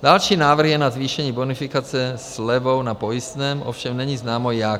Další návrh je na zvýšení bonifikace slevou na pojistném, ovšem není známo jak.